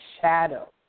shadow